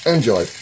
Enjoy